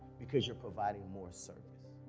because you're providing more service.